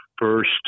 first